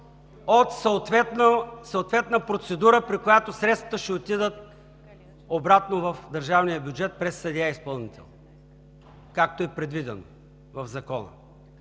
от съответна процедура, при която средствата ще отидат обратно в държавния бюджет през съдия изпълнител, както е предвидено в Закона.